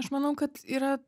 aš manau kad yra